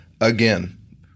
again